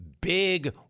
Big